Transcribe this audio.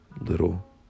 Little